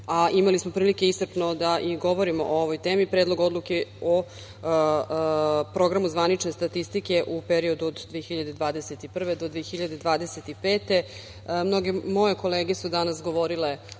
a imali smo prilike iscrpno da i govorimo o ovoj temi – Predlog odluke o Programu zvanične statistike u periodu od 2021. do 2025.Mnoge moje kolege su danas govorile